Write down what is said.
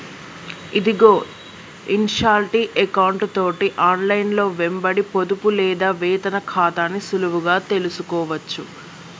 ఇదిగో ఇన్షాల్టీ ఎకౌంటు తోటి ఆన్లైన్లో వెంబడి పొదుపు లేదా వేతన ఖాతాని సులువుగా తెలుసుకోవచ్చు